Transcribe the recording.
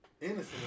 innocent